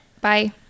Bye